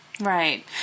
Right